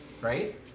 right